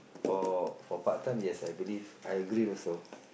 for for part-time yes I believe I agree also